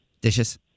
dishes